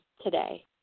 today